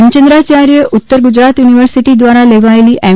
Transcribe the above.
હેમચંદ્રાયાર્થ ઉત્તર ગુજરાત યુનિવર્સિટી દ્વારા લેવાયેલી એમ